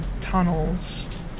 tunnels